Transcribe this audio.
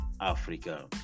Africa